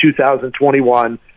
2021